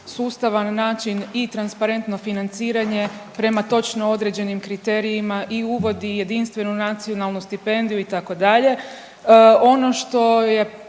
sustavan način i transparentno financiranje prema točno određenim kriterijima i uvodi jedinstvenu nacionalnu stipendiju itd.